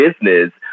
business